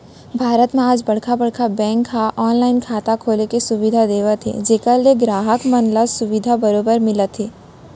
भारत म आज बड़का बड़का बेंक ह ऑनलाइन खाता खोले के सुबिधा देवत हे जेखर ले गराहक मन ल सुबिधा बरोबर मिलत हे